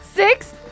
six